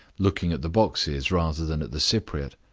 looking at the boxes rather than at the cypriote.